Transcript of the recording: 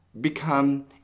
become